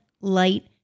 light